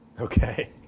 Okay